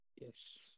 Yes